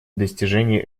достижении